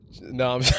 No